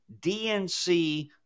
DNC